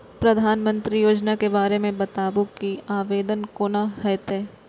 प्रधानमंत्री योजना के बारे मे बताबु की आवेदन कोना हेतै?